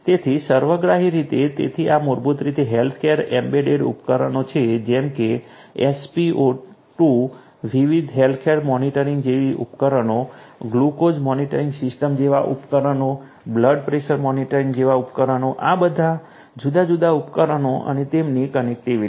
તેથી સર્વગ્રાહી રીતે તેથી આ મૂળભૂત રીતે હેલ્થકેર એમ્બેડેડ ઉપકરણો છે જેમ કે એસપીઓ2 વિવિધ હેલ્થકેર મોનિટર જેવા ઉપકરણો ગ્લુકોઝ મોનિટરિંગ સિસ્ટમ જેવા ઉપકરણો બ્લડ પ્રેશર મોનિટર જેવા ઉપકરણો આ બધા જુદા જુદા ઉપકરણો અને તેમની કનેક્ટિવિટી